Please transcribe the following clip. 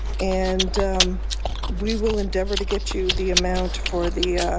and we will endeavour to get you the amount for the